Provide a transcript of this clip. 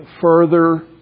further